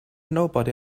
nobody